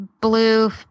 blue